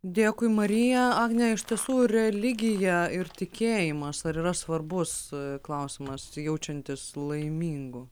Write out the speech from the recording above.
dėkui marija agne iš tiesų religija ir tikėjimas ar yra svarbus klausimas jaučiantis laimingu